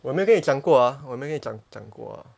我有没有跟你讲过啊有没有跟你讲讲过